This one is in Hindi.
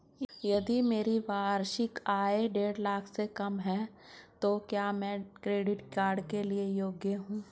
यदि मेरी वार्षिक आय देढ़ लाख से कम है तो क्या मैं क्रेडिट कार्ड के लिए योग्य हूँ?